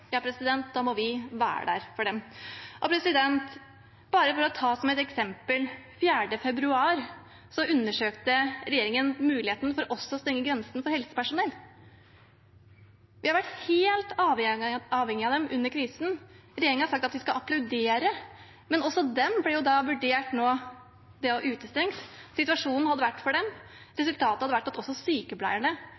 må vi være der for dem. La meg ta et eksempel. 4. februar undersøkte regjeringen muligheten for også å stenge grensen for helsepersonell. Vi har vært helt avhengige av dem under krisen, og regjeringen har sagt at vi skal applaudere for dem, men også de ble da vurdert utestengt. Resultatet hadde vært at også sykepleierne, som vi kan takke mye for